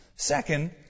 Second